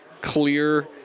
clear